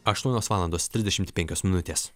aštuonios valandos trisdešimt penkios minutės